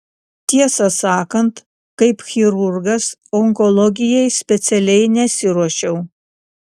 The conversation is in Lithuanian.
tiesą sakant kaip chirurgas onkologijai specialiai nesiruošiau